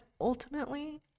ultimately